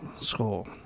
school